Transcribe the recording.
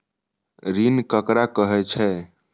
ऋण ककरा कहे छै?